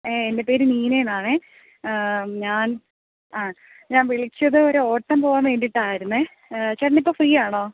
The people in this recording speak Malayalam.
ഏ എൻ്റെ പേര് നീനേന്നാണെ ഞാൻ ആ ഞാൻ വിളിച്ചത് ഒരോട്ടം പോവാൻ വേണ്ടീട്ടായിരുന്നു ചേട്ടനിപ്പം ഫ്രീയാണോ